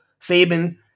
Saban